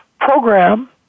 program